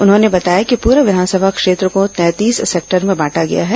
उन्होंने बताया कि पूरे विधानसभा क्षेत्र को तैंतीस सेक्टर में बांटा गया है